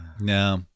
no